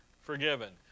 forgiven